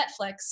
Netflix